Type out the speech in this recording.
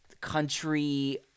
country